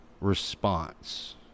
response